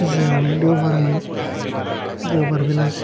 गिर्जायाव देवबारमोन देवबार बेलासि